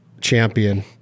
champion